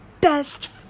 best